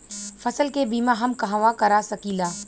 फसल के बिमा हम कहवा करा सकीला?